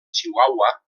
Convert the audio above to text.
chihuahua